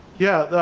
yeah,